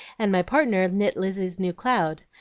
and my partner knit lizzie's new cloud.